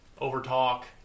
over-talk